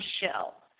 shell